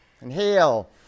Inhale